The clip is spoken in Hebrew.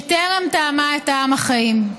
שטרם טעמה את טעם החיים?